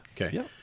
Okay